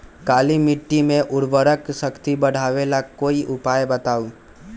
काली मिट्टी में उर्वरक शक्ति बढ़ावे ला कोई उपाय बताउ?